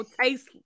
taste